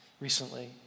recently